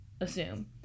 assume